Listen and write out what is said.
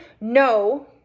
no